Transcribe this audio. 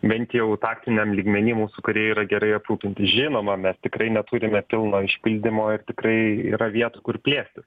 bent jau taktiniam lygmeny mūsų kariai yra gerai aprūpinti žinoma mes tikrai neturime pilno išpildymo ir tikrai yra vietų kur plėstis